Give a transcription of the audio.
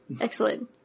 Excellent